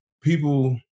people